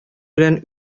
белән